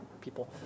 people